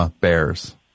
Bears